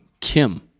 Kim